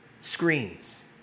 Screens